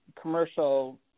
commercial